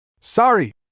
Sorry